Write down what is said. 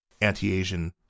anti-Asian